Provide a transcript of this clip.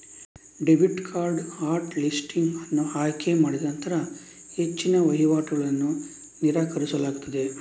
debit card hot listing ಅನ್ನು ಆಯ್ಕೆ ಮಾಡಿನಂತರ ಹೆಚ್ಚಿನ ವಹಿವಾಟುಗಳನ್ನು ನಿರಾಕರಿಸಲಾಗುತ್ತದೆ